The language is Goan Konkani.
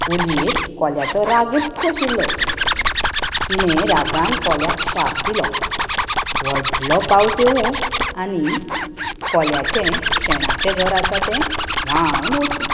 कोलयेक कोल्याचो रागूच आशिल्लो तिणें रागान कोल्याक श्राप दिलो व्हडलो पावस येवूं आनी कोल्याचें शेणाचें घर आसा तें व्हाळांत वचूं